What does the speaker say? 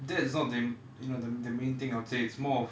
that's not the you know the the main thing I would say it's more of